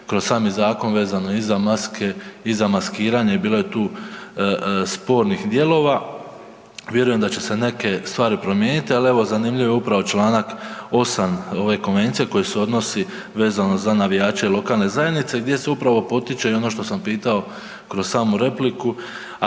kroz sami zakon vezano i za maske i za maskiranje, bilo je tu spornih dijelova, vjerujem da će se neke stvari promijeniti, ali evo zanimljiv je upravo čl. 8. ove konvencije koji se odnosi vezano za navijače lokalne zajednice gdje se upravo potiče i ono što sam pitao kroz samu repliku,